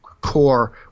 core